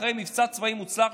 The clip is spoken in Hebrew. אחרי מבצע צבאי מוצלח,